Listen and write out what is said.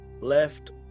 left